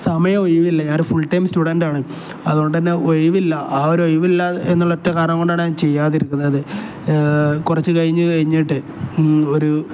സമയം ഒഴിവില്ല ഞാൻ ഒരു ഫുൾ ടൈം സ്റ്റുഡൻറാണ് അതുകൊണ്ട് തന്നെ ഒഴിവില്ല ആ ഒരു ഒഴിവില്ല എന്നുള്ള ഒറ്റ കാരണം കൊണ്ടാണ് ഞാൻ ചെയ്യാതിരിക്കുന്നത് കുറച്ച് കഴിഞ്ഞ് കഴിഞ്ഞിട്ട് ഒരു